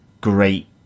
great